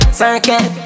circuit